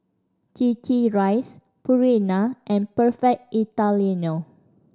Rice Purina and Perfect Italiano